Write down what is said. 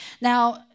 Now